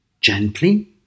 gently